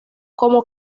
como